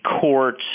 courts